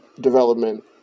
development